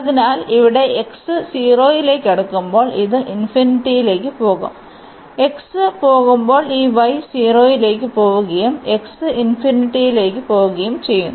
അതിനാൽ ഇവിടെ x 0 ലേക്ക് അടുക്കുമ്പോൾ ഇത് ഇൻഫിനിറ്റിയിലേക്ക് പോകും x പോകുമ്പോൾ ഈ y 0 ലേക്ക് പോകുകയും x ലേക്കും പോകുന്നു